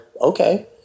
okay